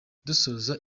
dusoza